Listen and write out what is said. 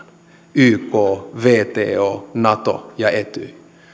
yk wto nato ja etyj